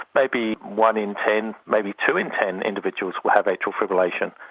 maybe one in ten, maybe two in ten individuals will have atrial fibrillation.